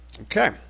Okay